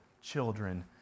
children